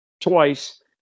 twice